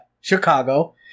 Chicago